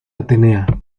atenea